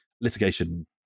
litigation